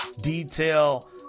detail